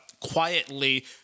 quietly